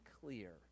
clear